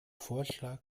vorschlag